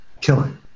killing